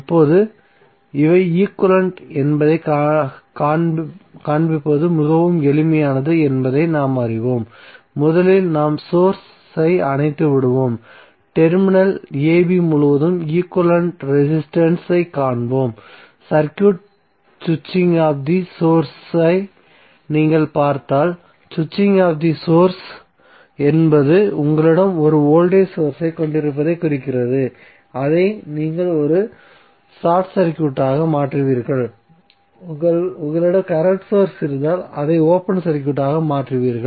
இப்போது இவை ஈக்வலன்ட் என்பதைக் காண்பிப்பது மிகவும் எளிதானது என்பதை நாம் அறிவோம் முதலில் நாம் சோர்ஸ் ஐ அணைத்துவிடுவோம் டெர்மினல் ab முழுவதும் ஈக்வலன்ட் ரெசிஸ்டன்ஸ் ஐ காண்போம் சர்க்யூட் ஸ்விட்சிங் ஆப் தி சோர்ஸ் ஐ நீங்கள் பார்த்தால் ஸ்விட்சிங் ஆப் தி சோர்ஸ் என்பது உங்களிடம் ஒரு வோல்டேஜ் சோர்ஸ் ஐ கொண்டிருப்பதைக் குறிக்கிறது அதை நீங்கள் ஒரு ஷார்ட் சர்க்யூட்டாக மாற்றுவீர்கள் உங்களிடம் கரண்ட் சோர்ஸ் இருந்தால் அதை ஓபன் சர்க்யூட்டாக மாற்றுவீர்கள்